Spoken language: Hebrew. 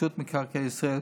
רשות מקרקעי ישראל,